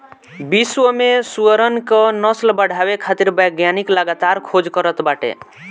विश्व में सुअरन क नस्ल बढ़ावे खातिर वैज्ञानिक लगातार खोज करत बाटे